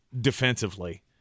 defensively